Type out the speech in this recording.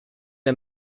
der